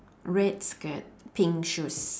red skirt pink shoes